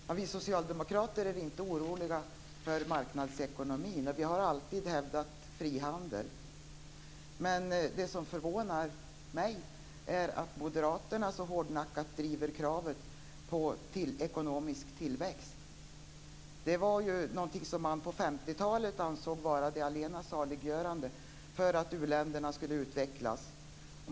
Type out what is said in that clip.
Fru talman! Vi socialdemokrater är inte oroliga för marknadsekonomin. Vi har alltid hävdat frihandeln. Det som förvånar mig är att Moderaterna så hårdnackat driver kravet på ekonomisk tillväxt. Det är ju något som man på 50-talet ansåg vara det allena saliggörande för att u-länderna skulle utvecklas.